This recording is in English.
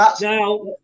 Now